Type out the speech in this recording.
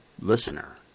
listener